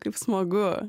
kaip smagu